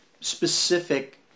specific